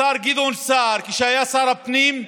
השר גדעון סער, כשהיה שר הפנים,